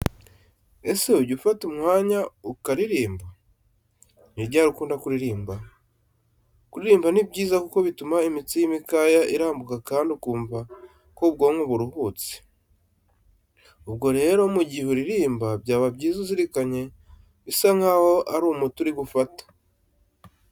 Ese ujya ufata umwanya ukaririmba? Ni ryari ukunda kuririmba? Kuririmba ni byiza kuko bituma imitsi y'imikaya irambuka kandi ukumva ko ubwonko buruhutse. Ubwo rero mu gihe uririmba byaba byiza uzirikanye bisa nkaho ari umuti uri gufata.